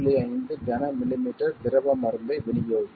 5 கன மில்லிமீட்டர் திரவ மருந்தை விநியோகிக்கும்